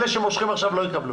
אלה שמושכים עכשיו לא יקבלו.